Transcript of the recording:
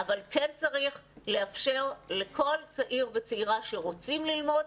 אבל כן צריך לאפשר לכל צעיר וצעירה שרוצים ללמוד,